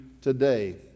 today